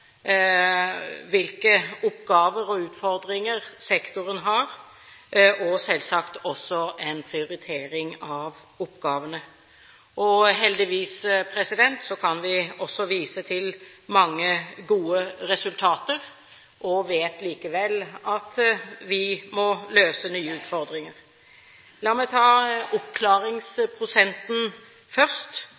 hvilke oppgaver og utfordringer sektoren har, og selvsagt også en prioritering av oppgavene. Heldigvis kan vi også vise til mange gode resultater, men vet likevel at vi må møte nye utfordringer. La meg ta oppklaringsprosenten først.